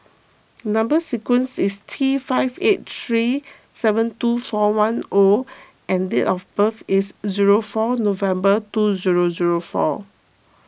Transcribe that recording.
Number Sequence is T five eight three seven two four one O and date of birth is zero four November two zero zero four